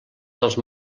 dels